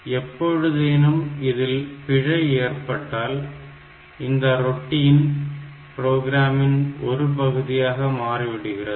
எப்பொழுதேனும் இதில் பிழை ஏற்பட்டால் இந்த ரொட்டின் ப்ரோக்ராமின் ஒருபகுதியாக மாறிவிடுகிறது